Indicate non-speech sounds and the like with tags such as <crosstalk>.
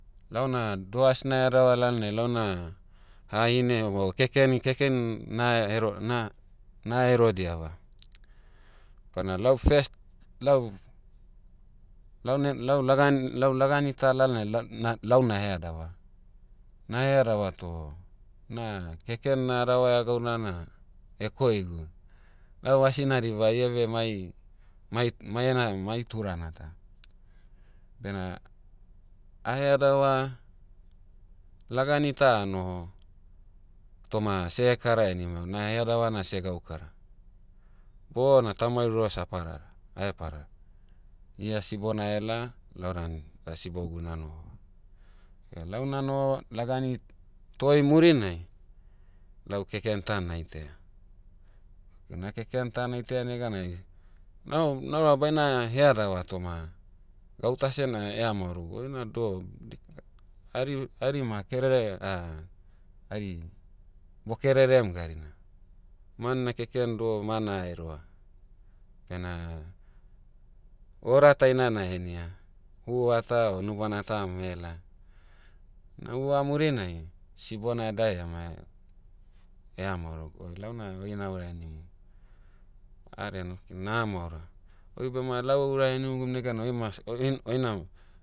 Launa doh asna headava lalnai launa, hahine o kekeni- keken, na hero- na- nahero diava. Badna lau first, lau- lau ne- lau lagan- lau lagani ta lalnai, la- na- lau naheadava. Naheadava toh, na keken na adavaia gauna na, ekoigu. Lau asi nadiba iabe mai, mait- mai ena- mai turana ta. Bena, aheadava, lagani ta anoho, toma sehekara henimai una headava na segaukara. Bona taumai ruas aparara, ahepara. Ia sibona ela, lau dan, da sibogu na noho. <hesitation> lau na noho, lagani, toi murinai, lau keken ta naitaia. Ena keken ta naitaia neganai, nau- naura baina headava toma, gauta seh na eha maorogu oina doh, hari- harima kerere <hesitation> hari, bo kererem garina. Man na keken doh man aheroa. Bena, ora taina nahenia, hua ta o nubana ta mela. Na hua murinai, sibona edae ema eh- eha maorogu o launa oi naura henimum. Vaden, oke nahamaoroa, oi bema lau oura henigum neganai oi mas- <unintelligible> oina-